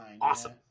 awesome